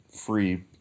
free